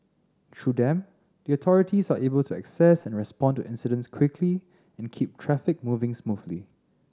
through them the authorities are able to assess and respond to incidents quickly and keep traffic moving smoothly